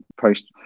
post